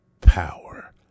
power